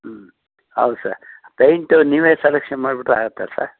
ಹ್ಞೂ ಹೌದು sir paint ನೀವೇ ಸೆಲೆಕ್ಷನ್ ಮಾಡ್ಬಿಟ್ರೆ ಆಗುತ್ತಾ ಸರ್